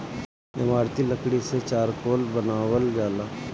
इमारती लकड़ी से चारकोल बनावल जाला